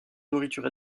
nourriture